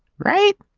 right?